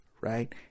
Right